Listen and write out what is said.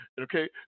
Okay